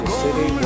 city